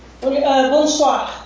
Bonsoir